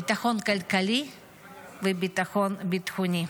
ביטחון כלכלי וביטחון בטחוני.